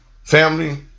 Family